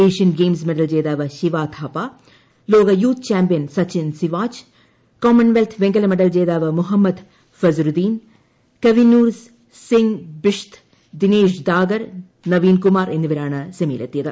Asian Games medal ജേതാവ് ശിവഥാപ ലോക youth champion Sachin സിപ്പാച്ച് കോമൺവെൽത്ത് വെങ്കല മെഡൽ ജേതാവ് മുഹമ്മദ് ഫസ്റ്റ്റ്ട്ടീൻ കവീന്നൂർ സിങ്ങ് ബിഷ്ത് ദിനേശ് ദാഗർ ന്യ്യീൻ കുമാർ എന്നിവരാണ് സെമിയിലെത്തിയത്